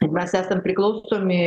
ir mes esam priklausomi